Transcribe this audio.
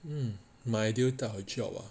mm my ideal type of job ah